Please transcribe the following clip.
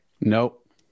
Nope